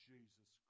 Jesus